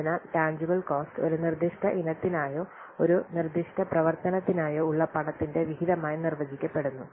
അതിനാൽ ടാൻജിബ്ബിൽ കോസ്റ്റ് ഒരു നിർദ്ദിഷ്ട ഇനത്തിനായോ ഒരു നിർദ്ദിഷ്ട പ്രവർത്തനത്തിനായോ ഉള്ള പണത്തിന്റെ വിഹിതമായി നിർവചിക്കപ്പെടുന്നു